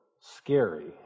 scary